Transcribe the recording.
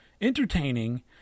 entertaining